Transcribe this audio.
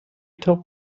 top